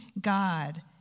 God